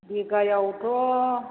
बिगायावथ'